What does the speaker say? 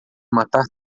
matar